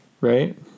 Right